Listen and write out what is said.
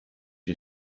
you